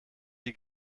die